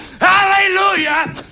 Hallelujah